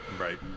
Right